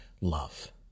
love